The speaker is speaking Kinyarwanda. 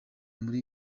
muri